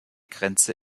grenze